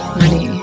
money